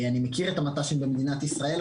אני מכיר את המט"שים במדינת ישראל,